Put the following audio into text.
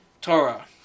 Torah